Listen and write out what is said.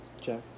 Jack